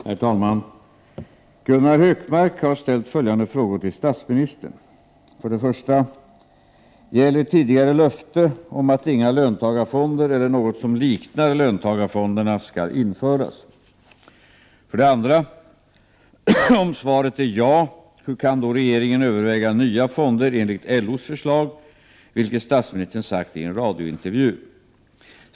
Herr talman! Gunnar Hökmark har ställt följande frågor till statsministern: 1. Gäller tidigare löfte om att inga löntagarfonder eller något som liknar löntagarfonderna skall införas? 2. Om svaret är ja, hur kan då regeringen överväga nya fonder enligt LO:s förslag, vilket statsministern sagt i en radiointervju?